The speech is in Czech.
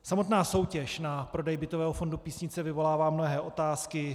Samotná soutěž na prodej bytového fondu Písnice vyvolává mnohé otázky.